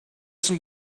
some